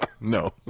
No